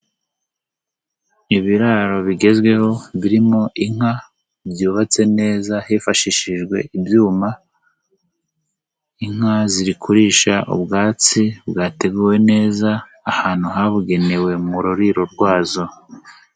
Ibiraro bigezweho birimo inka, byubatse neza hifashishijwe ibyuma, inka ziri kurisha ubwatsi bwateguwe neza ahantu habugenewe mu ruriro rwazo.